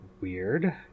weird